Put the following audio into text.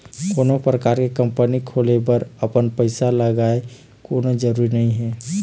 कोनो परकार के कंपनी खोले बर अपन पइसा लगय कोनो जरुरी नइ हे